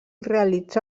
realitza